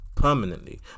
permanently